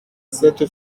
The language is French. cette